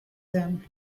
them